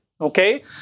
okay